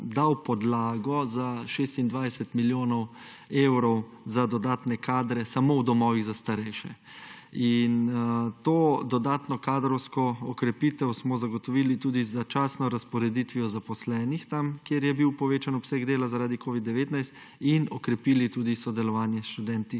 podlago za 26 milijonov evrov za dodatne kadre samo v domovih za starejše. To dodatno kadrovsko okrepitev smo zagotovili tudi z začasno razporeditvijo zaposlenih, tam, kjer je bil povečan obseg dela zaradi covida-19, in okrepili tudi sodelovanje s študenti